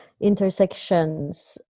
intersections